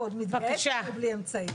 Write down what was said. והוא עוד מתגאה שהם בלי אמצעים.